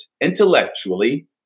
intellectually